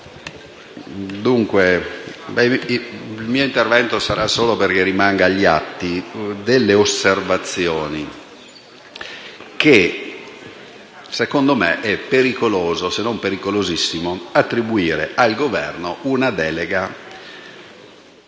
il mio intervento mira solo a far rimanere agli atti delle osservazioni. Secondo me è pericoloso - se non pericolosissimo - attribuire al Governo una delega